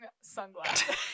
sunglasses